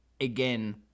again